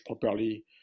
properly